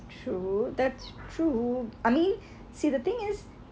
true that's true I mean see the thing is